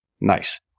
Nice